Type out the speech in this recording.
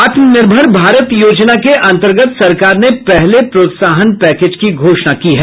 आत्मनिर्भर भारत योजना के अंतर्गत सरकार ने पहले प्रोत्साहन पैकेज की घोषणा की है